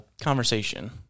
conversation